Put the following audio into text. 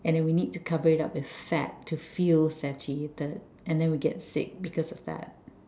and then we need to cover it up with fat to feel satiated and then we get sick because of that